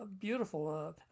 beautiful